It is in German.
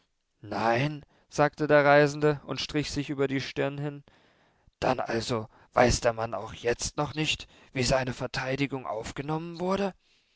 nein sagte der reisende und strich sich über die stirn hin dann weiß also der mann auch jetzt noch nicht wie seine verteidigung aufgenommen wurde